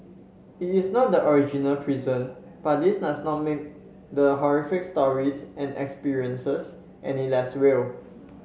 it is not the original prison but this does not make the horrific stories and experiences any less real